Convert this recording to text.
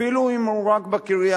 אפילו אם הוא רק בקריה,